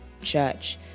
church